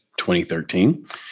2013